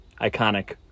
iconic